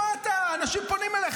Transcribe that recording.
אנשים פונים אליך,